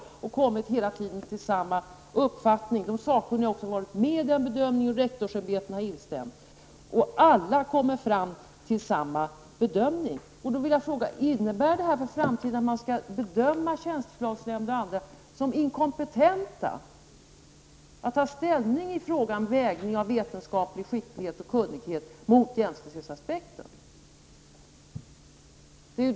Varje gång har man kommit fram till samma uppfattning. De sakkunniga har också varit med vid bedömningen. Vidare har rektorsämbetena instämt. Alla har gjort samma bedömning. Innebär det här för framtiden att man skall bedöma tjänsteförslagsnämnden och andra som inkompetenta när det gäller att ta ställning i frågan om att väga vetenskaplig skicklighet och kunnighet mot jämställdhetsaspekten?